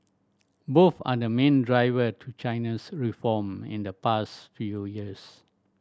both are the main driver to China's reform in the past few years